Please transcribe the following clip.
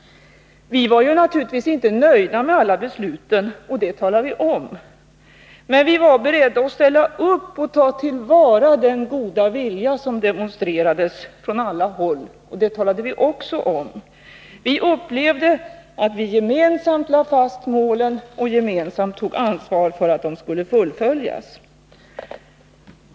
Vi var naturligtvis inte nöjda med alla beslut — och det talade vi om. Men vi var beredda att ställa upp och ta till vara den goda vilja som demonstrerades från alla håll. Det talade vi också om. Vi upplevde att vi gemensamt lade fast målen och gemensamt tog ansvar för att de skulle uppnås.